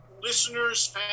listeners